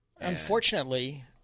Unfortunately